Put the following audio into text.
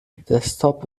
desktop